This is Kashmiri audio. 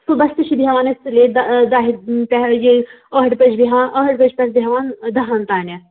صُبحس تہِ چھِ بیٚہوان أسۍ سُلی دَہہِ یہِ ٲٹھِ بَجہِ بیٚہوان ٲٹھِ بَجہِ پٮ۪ٹھ بیٚہوان دَہَن تانۍ